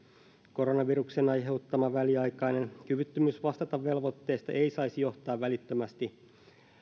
koronaviruksen aiheuttama väliaikainen kyvyttömyys vastata velvoitteista ei saisi johtaa välittömästi